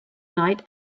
night